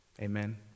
amen